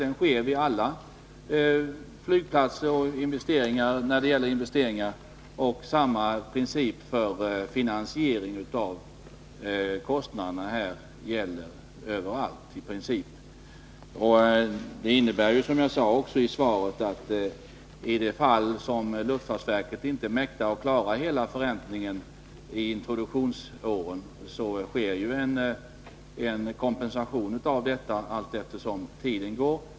Så gör man vid alla flygplatser när det gäller investeringar. Denna ordning för finansiering av kostnaderna gäller i princip överallt. Det innebär ju, som jag sade också i svaret, att det i de fall luftfartsverket inte mäktar att klara hela förräntningen under introduktionsåren blir en kompensation för detta allteftersom tiden går.